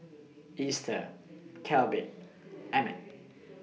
Easter Kelby Emmit